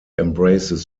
embraces